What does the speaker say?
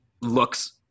looks